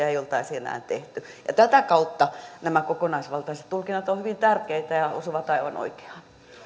ei oltaisi enää tehty tätä kautta nämä kokonaisvaltaiset tulkinnat ovat hyvin tärkeitä ja osuvat aivan oikeaan